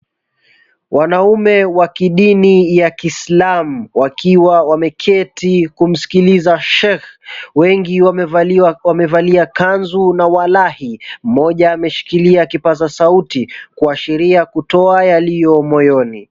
Wanaume wa kidini ya kiislamu, wakiwa wameketi kumsikiliza sheikh . Wengi wamevalia kanzu na walahi, mmoja ameshikilia kipaza sauti kuashiria kutoa yaliyo moyoni.